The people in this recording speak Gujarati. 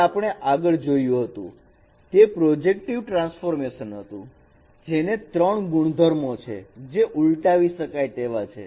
જે આપણે આગળ જોયું હતું તે પ્રોજેક્ટિવ ટ્રાન્સફોર્મેશન હતું જેને 3 ગુણધર્મો છે જે ઉલટાવી શકાય તેવા છે